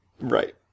Right